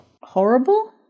Horrible